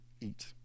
eat